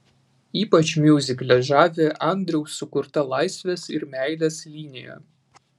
ypač miuzikle žavi andriaus sukurta laisvės ir meilės linija